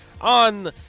on